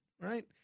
right